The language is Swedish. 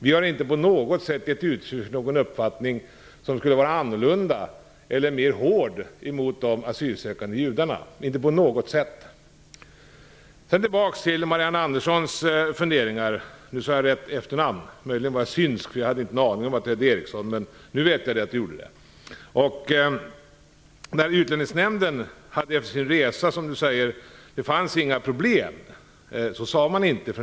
Vi har inte på något sätt gett uttryck för någon uppfattning som skulle vara annorlunda eller hårdare mot de asylsökande judarna. Tillbaka till Marianne Anderssons funderingar. Marianne Andersson sade att Utlänningsnämnden efter sin resa sade att det inte fanns några problem. Det sade man inte.